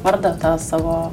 vardą tą savo